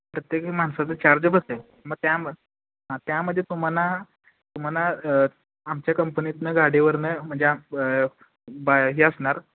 प्रत्येक माणसाचं चार्ज बसेल मग त्यामध्ये हां त्यामध्ये तुम्हाला तुम्हाला आमच्या कंपनीतनं गाडीवरनं म्हणजे ब बा हे असणार